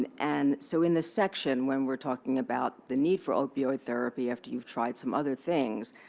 and and so in this section, when we're talking about the need for opioid therapy after you've tried some other things,